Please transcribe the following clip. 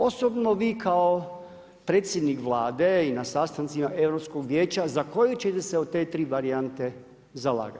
Osobno vi, kao predsjednik Vlade i na sastancima Europskog vijeća, za koju ćete se od te tri varijante zalagati?